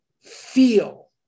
feel